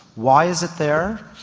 why is it there?